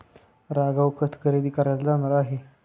राघव खत खरेदी करायला जाणार आहे